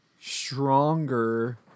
stronger